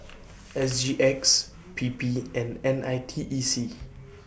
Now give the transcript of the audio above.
S G X P P and N I T E C